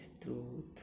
truth